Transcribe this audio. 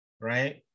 right